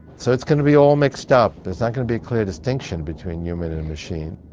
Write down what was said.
so it's going to be all mixed up. there's not going to be a clear distinction between human and machine.